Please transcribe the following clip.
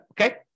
Okay